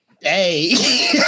Hey